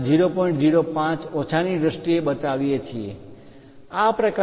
5 plus વત્તા અથવા 00 ઓછા 005 ઓછા ની દ્રષ્ટિએ બતાવીએ છીએ